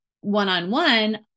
one-on-one